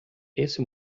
esse